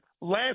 last